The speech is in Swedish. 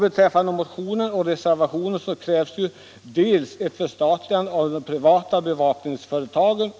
I motionen och reservationen krävs ett förstatligande av de privata bevakningsföretagen.